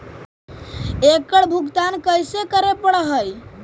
एकड़ भुगतान कैसे करे पड़हई?